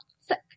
sick